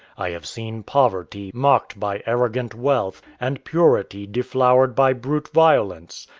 i have seen poverty mocked by arrogant wealth, and purity deflowered by brute violence,